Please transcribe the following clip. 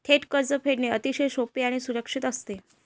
थेट कर्ज फेडणे अतिशय सोपे आणि सुरक्षित असते